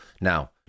Now